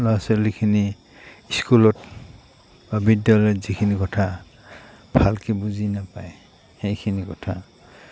ল'ৰা ছোৱালীখিনি স্কুলত বা বিদ্যালয়ত যিখিনি কথা ভালকৈ বুজি নাপায় সেইখিনি কথা